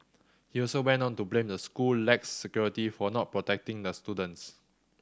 he also went on to blame the school lax security for not protecting the students